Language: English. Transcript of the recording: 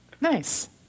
Nice